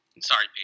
Sorry